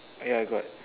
yeah got